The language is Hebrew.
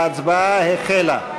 ההצבעה החלה.